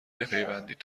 بپیوندید